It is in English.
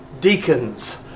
deacons